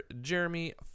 jeremy